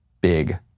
big